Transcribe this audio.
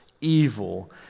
evil